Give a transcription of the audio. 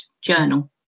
journal